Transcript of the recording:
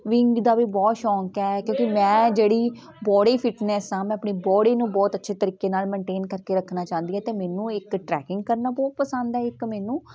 wing ਦਾ ਵੀ ਬਹੁਤ ਸ਼ੌਂਕ ਹੈ ਕਿਉਂਕਿ ਮੈਂ ਜਿਹੜੀ ਬੋਡੀ ਫਿਟਨੈਸ ਆ ਮੈਂ ਆਪਣੀ ਬੋਡੀ ਨੂੰ ਬਹੁਤ ਅੱਛੇ ਤਰੀਕੇ ਨਾਲ ਮੇਨਟੇਨ ਕਰਕੇ ਰੱਖਣਾ ਚਾਹੁੰਦੀ ਹਾਂ ਅਤੇ ਮੈਨੂੰ ਇੱਕ ਟਰੈਕਿੰਗ ਕਰਨਾ ਬਹੁਤ ਪਸੰਦ ਹੈ ਇੱਕ ਮੈਨੂੰ